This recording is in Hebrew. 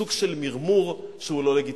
סוג של מרמור שהוא לא לגיטימי.